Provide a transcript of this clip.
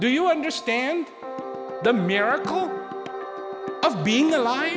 do you understand the miracle of being alive